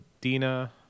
Dina